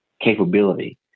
capability